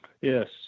Yes